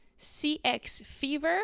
CXFever